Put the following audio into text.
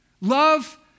Love